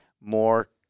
more